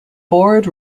board